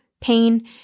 pain